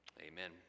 Amen